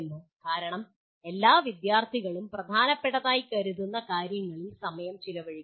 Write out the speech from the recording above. കാരണം എല്ലാ വിദ്യാർത്ഥികളും പ്രധാനപ്പെട്ടതായി കരുതുന്ന കാര്യങ്ങളിൽ സമയം ചെലവഴിക്കും